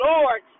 Lord